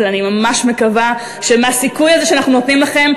אבל אני ממש מקווה שמהסיכוי הזה שאנחנו נותנים לכם,